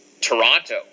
Toronto